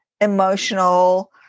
emotional